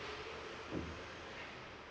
mm